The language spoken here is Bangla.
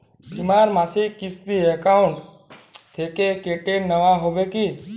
বিমার মাসিক কিস্তি অ্যাকাউন্ট থেকে কেটে নেওয়া হবে কি?